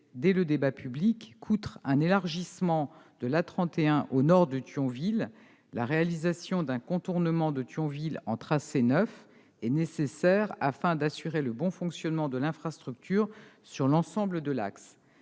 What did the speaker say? dès le débat public que, outre un élargissement de l'A 31 au nord de Thionville, la réalisation d'un contournement de Thionville en tracé neuf est nécessaire, afin d'assurer le bon fonctionnement de l'infrastructure sur l'ensemble de l'axe.